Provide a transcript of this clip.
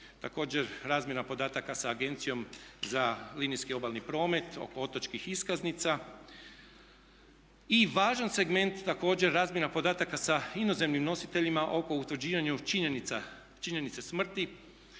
Također razmjena podataka sa Agencijom za linijski obalni promet oko otočkih iskaznica. I važan segment također razmjena podataka sa inozemnim nositeljima oko utvrđivanja činjenica,